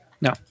No